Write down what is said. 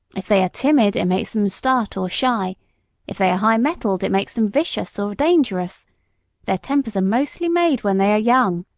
if they are timid it makes them start or shy if they are high-mettled it makes them vicious or dangerous their tempers are mostly made when they are young.